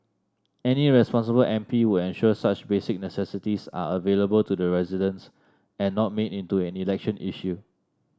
any responsible M P would ensure such basic necessities are available to the residents and not made into an election issue